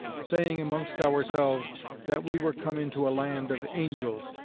saying amongst ourselves that we were come into a land of angels,